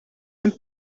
een